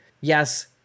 Yes